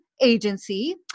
agency